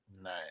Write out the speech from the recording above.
Nice